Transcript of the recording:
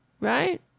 right